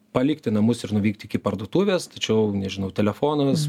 palikti namus ir nuvykti iki parduotuvės tačiau nežinau telefonas